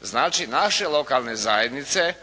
Znači, naše lokalne zajednice